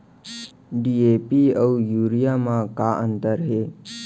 DAP अऊ urea म का अंतर हे?